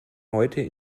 heute